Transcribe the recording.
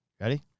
Ready